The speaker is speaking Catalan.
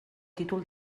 títol